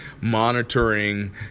monitoring